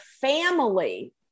family